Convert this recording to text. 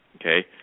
okay